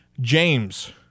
James